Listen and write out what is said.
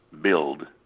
build